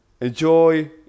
enjoy